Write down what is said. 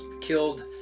killed